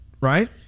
right